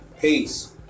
Peace